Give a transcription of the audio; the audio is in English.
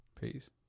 Peace